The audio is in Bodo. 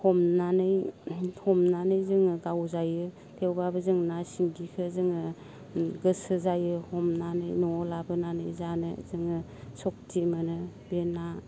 हमनानै हमनानै जोङो गावजायो थेवब्लाबो जों ना सिंगिखो जोङो गोसो जायो हमनानैनो न'आव लाबोनानै जानो जोङो सखथि मोनो बे ना